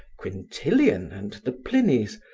quintilian and the plinies,